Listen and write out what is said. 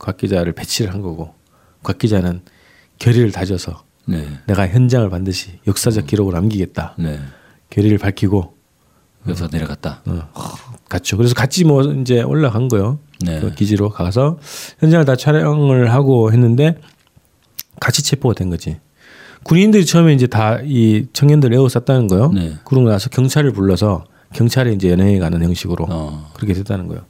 곽 기자를 배치를 한 거고 곽 기자는 결의를 다져서 네. 내가 현장을 반드시 역사적 음. 기록으로 남기겠다. 네. 결의를 밝히고 그래서 어, 내려갔다. 어, 하. 갔죠. 그래서 같이 뭐 이제 올라간 거요. 그 네. 기지로 가서 현장을 다 촬영을 하고 했는데 같이 체포가 된 거지. 군인들이 처음에 이제 다 이 청년들을 에워쌌다는 거요. 네. 그러고 나서 경찰을 불러서 경찰에 이제 연행해 가는 형식으로 어. 그렇게 됐다는 거요.